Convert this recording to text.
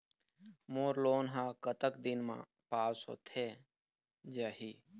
मोर loan हा कतक दिन मा पास होथे जाही?